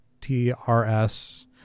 trs